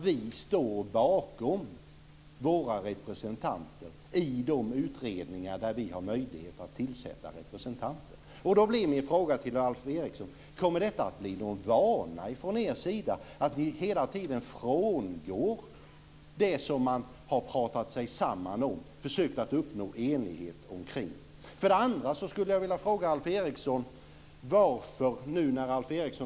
Vi står ju bakom våra representanter i de utredningar där vi har möjlighet att tillsätta sådana. Min fråga till Alf Eriksson blir: Kommer detta att bli någon vana från er sida? Ska ni hela tiden frångå det som man har pratat sig samman om och försökt att uppnå enighet omkring? Jag vill också ställa en annan fråga till Alf Eriksson.